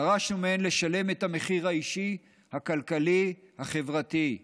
דרשנו מהן לשלם את המחיר האישי, הכלכלי, החברתי.